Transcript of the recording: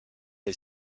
est